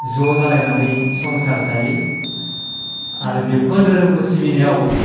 ज' जालायनानै संसार जायो आरो बेफोर दोहोरोमखौ सिबिनायाव